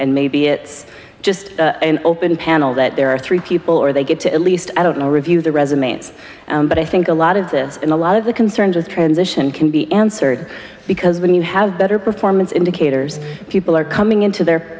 and maybe it's just an open panel that there are three people or they get to at least i don't know review the resume but i think a lot of this and a lot of the concerns with transition can be answered because when you have better performance indicators people are coming into their